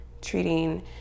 treating